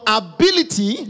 ability